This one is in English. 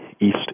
East